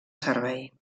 servei